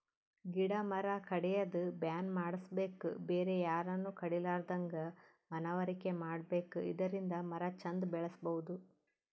ಗಿಡ ಮರ ಕಡ್ಯದ್ ಬ್ಯಾನ್ ಮಾಡ್ಸಬೇಕ್ ಬೇರೆ ಯಾರನು ಕಡಿಲಾರದಂಗ್ ಮನವರಿಕೆ ಮಾಡ್ಬೇಕ್ ಇದರಿಂದ ಮರ ಚಂದ್ ಬೆಳಸಬಹುದ್